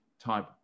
type